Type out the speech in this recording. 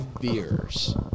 beers